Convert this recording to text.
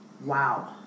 Wow